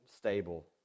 stable